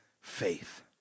faith